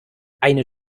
eine